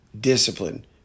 discipline